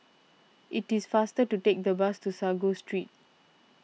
it is faster to take the bus to Sago Street